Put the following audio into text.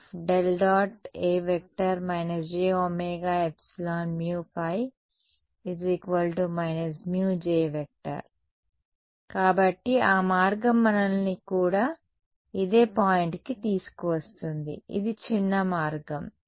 A j ωεμϕ μJ కాబట్టి ఆ మార్గం మనల్ని కూడా ఇదే పాయింట్కి తీసుకువస్తుంది ఇది చిన్న మార్గం